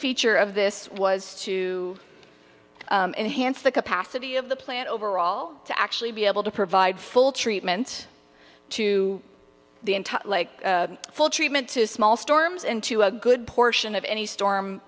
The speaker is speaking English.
feature of this was to enhanced the capacity of the plant overall to actually be able to provide full treatment to the full treatment to small storms and to a good portion of any storm